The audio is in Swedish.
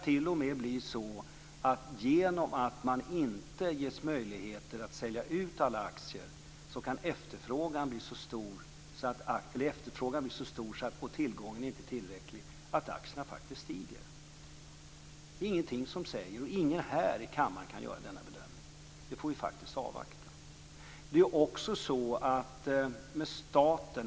Genom att bolaget inte ges möjlighet att sälja ut alla aktier kan efterfrågan bli så stor att aktierna faktiskt stiger. Ingen här i kammaren kan göra den bedömningen. Det får vi avvakta.